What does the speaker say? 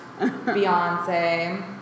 Beyonce